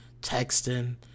Texting